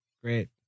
great